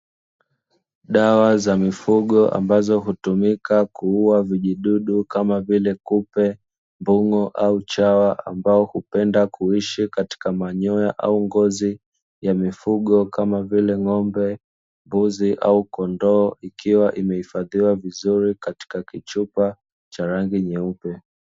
Dawa za mifugo ambazo hutumika kuua vijidudu kama vile, kupe, mbung'o au chawa ambao hupenda kuishi katika manyoya au ngozi ya mifugo kama vile ng'ombe, mbuzi au kondoo. Ikiwa imehifadhiwa vizuri katika kichupa cha rangi nyeupe.